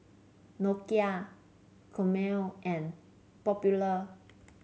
Nokia Chomel and Popular